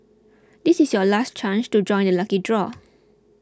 this is your last chance to join the lucky draw